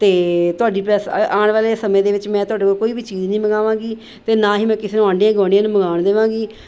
ਅਤੇ ਤੁਹਾਡੀ ਪ੍ਰੈਸ ਆਉਣ ਵਾਲੇ ਸਮੇਂ ਦੇ ਵਿੱਚ ਮੈਂ ਤੁਹਾਡੇ ਕੋਲ ਕੋਈ ਵੀ ਚੀਜ਼ ਨਹੀਂ ਮੰਗਾਵਾਂਗੀ ਅਤੇ ਨਾ ਹੀ ਮੈਂ ਕਿਸੇ ਨੂੰ ਆਂਡੀਆਂ ਗੁਆਂਢੀਆਂ ਨੂੰ ਮੰਗਵਾਉਣ ਦੇਵਾਂਗੀ